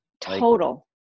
Total